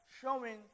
showing